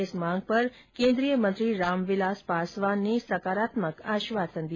इस मांग पर केंद्रीय मंत्री रामविलास पासवान ने सकारात्मक आश्वासन दिया